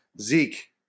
Zeke